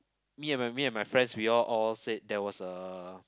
me and my me and my friends we all all said there was a